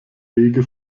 wege